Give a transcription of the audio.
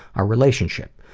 our relationship.